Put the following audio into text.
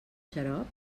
xarop